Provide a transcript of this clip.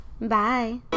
Bye